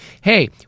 hey